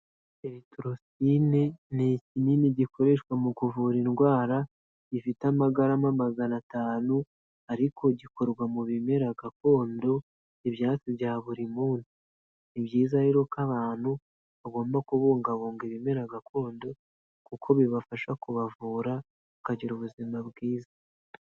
Elekitorositine ni ikinini gikoreshwa mu kuvura indwara gifite amagarama magana atanu ariko gikorwa mu bimera gakondo ibyatsi bya buri munsi. Ni byiza rero ko abantu bagomba kubungabunga ibimera gakondo kuko bibafasha kubavura bakagira ubuzima bwiza.